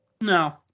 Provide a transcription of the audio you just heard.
No